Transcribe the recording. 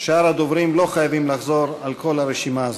שאר הדוברים לא חייבים לחזור על כל הרשימה הזאת,